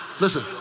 listen